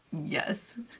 Yes